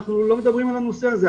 אנחנו לא מדברים על הנושא הזה,